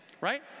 right